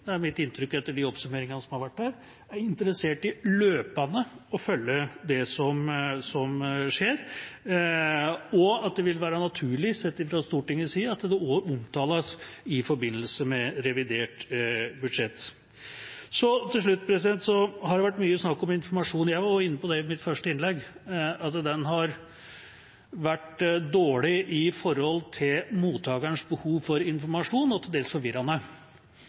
det er mitt inntrykk etter de oppsummeringene som har vært her – er interessert i løpende å følge det som skjer, og at det vil være naturlig, sett fra Stortingets side, at det også omtales i forbindelse med revidert budsjett. Til slutt: Det har vært mye snakk om informasjon. Også jeg var, i mitt første innlegg, inne på at den har vært dårlig i forhold til mottakerens behov for informasjon, og til dels forvirrende.